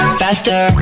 faster